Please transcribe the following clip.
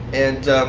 and